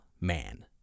man